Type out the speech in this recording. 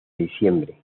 diciembre